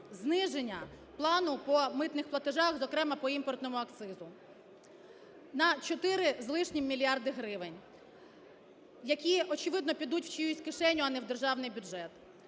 зниження плану по митних платежах, зокрема по імпортному акцизу, на 4 з лишнім мільярди гривень, які, очевидно, підуть в чиюсь кишеню, а не в державний бюджет.